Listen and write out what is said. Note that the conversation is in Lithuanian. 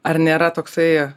ar nėra toksai